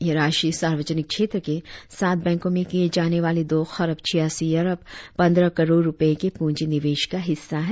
यह राशि सार्वजनिक क्षेत्र के सात बैंकों में किये जाने वाले दो खरब छियासी अरब पंद्रह करोड़ रुपये के पूंजी निवेश का हिस्सा है